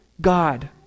God